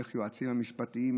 איך היועצים המשפטיים,